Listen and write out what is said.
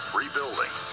rebuilding